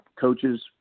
coaches